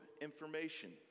information